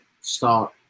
start